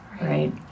right